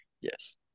Yes